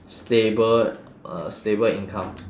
stable uh stable income